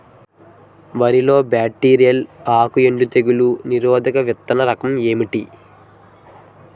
వరి లో బ్యాక్టీరియల్ ఆకు ఎండు తెగులు నిరోధక విత్తన రకం ఏంటి?